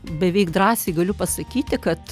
beveik drąsiai galiu pasakyti kad